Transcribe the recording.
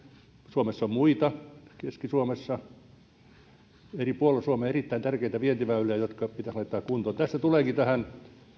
suomessa on muita keski suomessa eri puolilla suomea erittäin tärkeitä vientiväyliä jotka pitäisi laittaa kuntoon tässä tulenkin